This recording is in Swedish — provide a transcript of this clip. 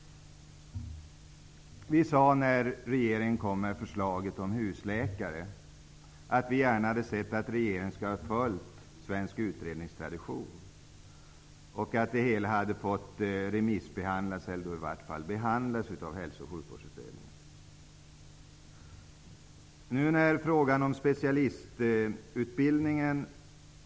Vi sade när regeringen kom med förslaget om husläkare att vi gärna hade sett att regeringen följt svensk utredningstradition. Det hela borde ha fått behandlas av Hälso och sjukvårdsutredningen.